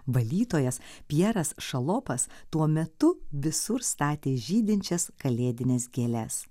valytojas pjeras šalopas tuo metu visur statė žydinčias kalėdines gėles